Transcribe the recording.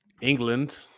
England